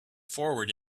forward